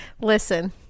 listen